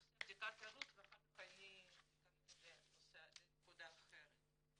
אדבר בנושא בדיקת יהדות ואחר כך אני אכנס לנקודה אחרת.